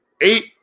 eight